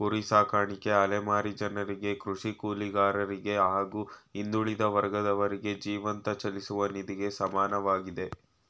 ಕುರಿ ಸಾಕಾಣಿಕೆ ಅಲೆಮಾರಿ ಜನರಿಗೆ ಕೃಷಿ ಕೂಲಿಗಾರರಿಗೆ ಹಾಗೂ ಹಿಂದುಳಿದ ವರ್ಗದವರಿಗೆ ಜೀವಂತ ಚಲಿಸುವ ನಿಧಿಗೆ ಸಮಾನವಾಗಯ್ತೆ